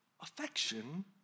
affection